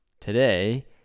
Today